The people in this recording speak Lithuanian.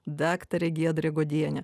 daktarė giedrė godienė